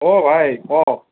অ ভাই ক'